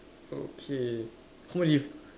okay what if